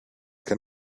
can